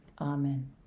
Amen